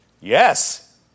yes